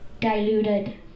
diluted